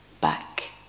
back